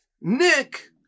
Nick